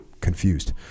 Confused